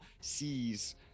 sees